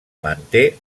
manté